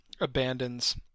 abandons